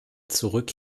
zurück